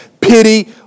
pity